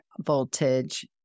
voltage